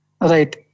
Right